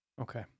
Okay